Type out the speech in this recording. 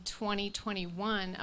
2021